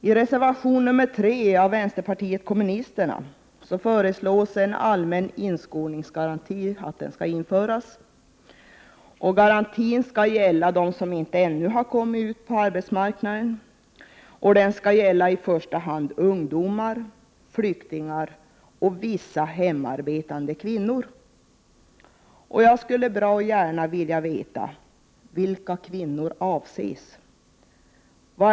I reservation nr 3 av vänsterpartiet kommunisterna föreslås att en allmän inskolningsgaranti skall införas. Garantin skall gälla för dem som ännu inte kommit in på arbetsmarknaden —i första hand ungdomar, flyktingar och vissa hemarbetande kvinnor. Jag skulle bra gärna vilja veta vilka kvinnor som avses.